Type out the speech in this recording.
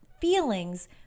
feelings